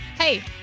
Hey